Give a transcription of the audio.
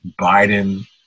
Biden